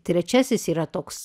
trečiasis yra toks